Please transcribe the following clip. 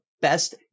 best